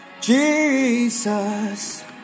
Jesus